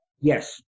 yes